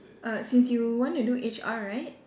uh since you want to do H_R right